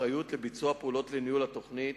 האחריות לביצוע פעולות לניהול התוכנית,